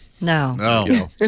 No